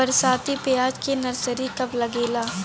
बरसाती प्याज के नर्सरी कब लागेला?